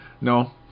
no